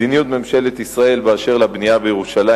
מדיניות ממשלת ישראל באשר לבנייה בירושלים,